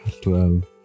twelve